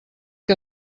que